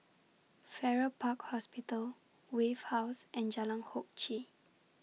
Farrer Park Hospital Wave House and Jalan Hock Chye